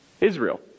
Israel